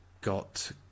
got